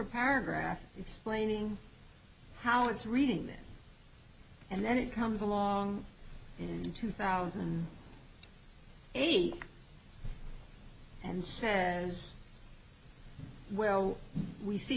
paragraphs explaining how it's reading this and then it comes along in two thousand and eight and says well we see